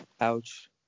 Ouch